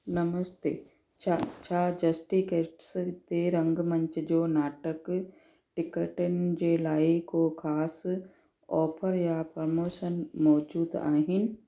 नमस्ते छा छा जस्टीकेट्स ते रंगमंच जो नाटक टिकेटुनि जे लाइ को ख़ासि ऑफर या प्रमोशन मौजूदु आहिनि